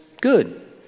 good